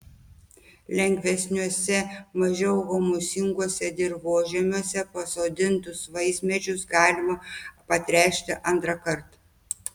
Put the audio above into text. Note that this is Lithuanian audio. lengvesniuose mažiau humusinguose dirvožemiuose pasodintus vaismedžius galima patręšti antrąkart